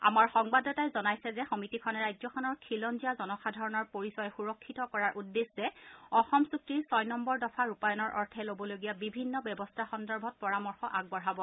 আমাৰ সংবাদদাতাই জনাইছে যে সমিতিখনে ৰাজ্যখনৰ খিলঞ্জীয়া জনসাধাৰণৰ পৰিচয় সুৰক্ষিত কৰাৰ উদ্দেশ্যে অসম চুক্তিৰ ছয় নম্বৰ দফা ৰূপায়ণৰ অৰ্থে ল'বলগীয়া বিভিন্ন ব্যৱস্থা সন্দৰ্ভত পৰামৰ্শ আগবঢ়াব